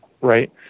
right